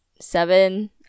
seven